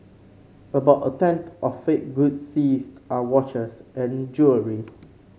about a tenth of fake goods seized are watches and jewellery